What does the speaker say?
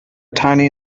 tiny